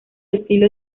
estilo